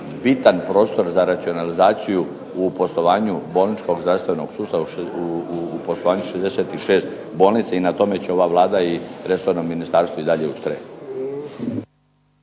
bitan prostor za racionalizaciju u poslovanju bolničkog zdravstvenog sustava u poslovanju 66 bolnica. I na tomu će ova Vlada i resorno ministarstvo i dalje ustrajati.